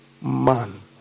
man